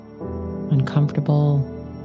uncomfortable